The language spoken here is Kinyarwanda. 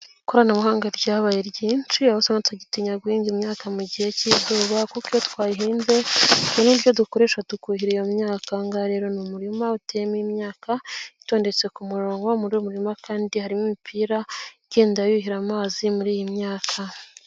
Ikoranabuhanga ryabaye ryinshi aho usanga tugitinya guhinga imyaka mu gihe cy'izuba kuko twahinze haribyo dukoresha tukuhira iyo myaka, ahangaha rero ni umurima uteyemo imyaka itondetse ku murongo mu muririma kandi harimo imipira igenda yuhira amazi muri iyi myaka.